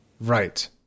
Right